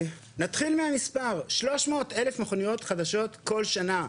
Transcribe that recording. נתחיל מהמספר שלוש מאות אלף מכוניות חדשות כל שנה.